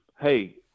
hey